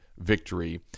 victory